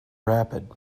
rapid